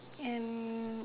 and